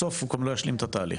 בסוף הוא גם לא ישלים את התהליך.